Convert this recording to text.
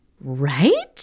Right